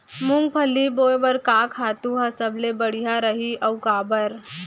मूंगफली बोए बर का खातू ह सबले बढ़िया रही, अऊ काबर?